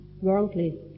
worldly